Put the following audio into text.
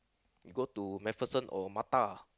you go to MacPherson or Mattar